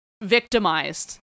victimized